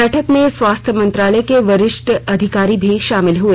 बैठक में स्वास्थ्य मंत्रालय के वरिष्ठ अधिकारी भी शामिल हुए